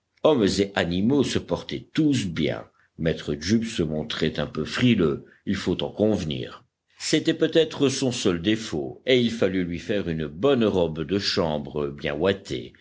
hommes et animaux se portaient tous bien maître jup se montrait un peu frileux il faut en convenir c'était peut-être son seul défaut et il fallut lui faire une bonne robe de chambre bien ouatée